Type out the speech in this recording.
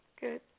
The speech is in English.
Good